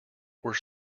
were